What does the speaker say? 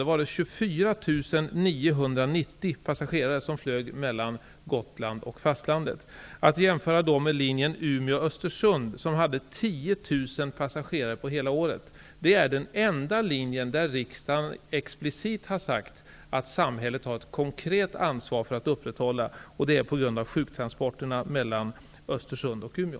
Då flög 24 990 passagerare mellan Gotland och fastlandet. Detta skall jämföras med linjen Umeå-- Östersund, som hade 10 000 passagerare under hela året. Det är den enda linjen där riksdagen explicit har sagt att samhället har ett konkret ansvar för att upprätthålla trafiken, detta på grund sjuktransporterna mellan Östersund och Umeå.